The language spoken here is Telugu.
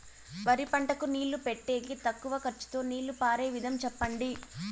వరి పంటకు నీళ్లు పెట్టేకి తక్కువ ఖర్చుతో నీళ్లు పారే విధం చెప్పండి?